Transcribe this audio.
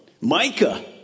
Micah